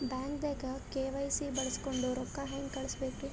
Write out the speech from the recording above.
ಬ್ಯಾಂಕ್ದಾಗ ಕೆ.ವೈ.ಸಿ ಬಳಸ್ಕೊಂಡ್ ರೊಕ್ಕ ಹೆಂಗ್ ಕಳಸ್ ಬೇಕ್ರಿ?